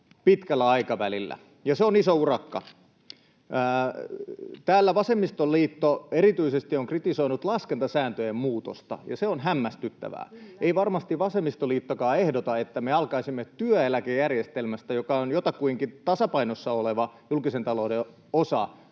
pitkällä aikavälillä, ja se on iso urakka. Täällä vasemmistoliitto erityisesti on kritisoinut laskentasääntöjen muutosta, ja se on hämmästyttävää. Ei varmasti vasemmistoliittokaan ehdota, että me alkaisimme työeläkejärjestelmästä, joka on jotakuinkin tasapainossa oleva julkisen talouden osa,